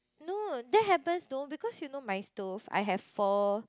no that happens though because you know my stove I have four